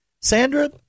sandra